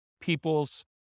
people's